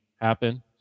happen